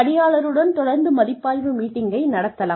பணியாளருடன் தொடர்ந்து மதிப்பாய்வு மீட்டிங்களை நடத்தலாம்